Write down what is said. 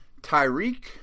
Tyreek